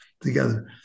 together